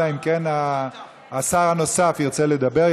אלא אם כן השר הנוסף ירצה לדבר,